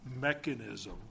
mechanism